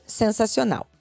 sensacional